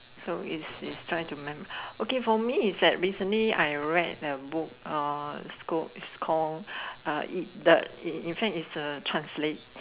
so it's it's trying to mem~ okay for me it's that recently I read a book uh it's called it's called uh it the in fact its the translate